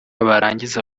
barangiza